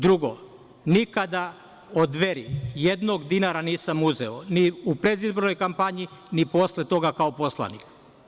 Drugo, nikada od Dveri jednog dinara nisam uzeo ni u predizbornoj kampanji ni posle toga kao poslanik.